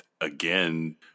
again